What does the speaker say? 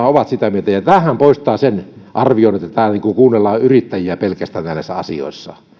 ovat sitä mieltä ja tämähän poistaa sen arvion että täällä kuunnellaan pelkästään yrittäjiä näissä asioissa